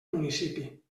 municipi